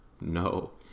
no